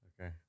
Okay